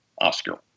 Oscar